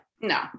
no